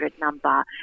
number